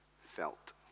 felt